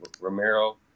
Romero